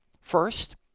First